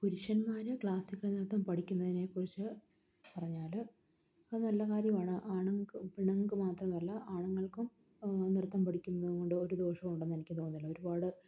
പുരുഷന്മാര് ക്ലാസ്സിക്കൽ നൃത്തം പഠിക്കുന്നതിനെക്കുറിച്ച് പറഞ്ഞാല് അത് നല്ല കാര്യമാണ് പെണ്ണുങ്ങള്ക്ക് മാത്രമല്ല ആണുങ്ങൾക്കും നൃത്തം പഠിക്കുന്നതുകൊണ്ട് ഒരു ദോഷവുമുണ്ടെന്ന് എനിക്ക് തോന്നുന്നില്ല ഒരുപാട്